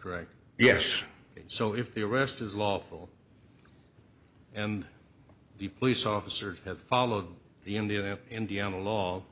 correct yes so if the arrest is lawful and the police officer had followed the indian and indiana law